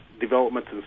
developments